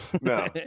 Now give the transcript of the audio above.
No